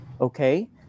Okay